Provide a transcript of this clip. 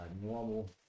normal